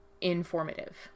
informative